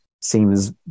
seems